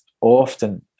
often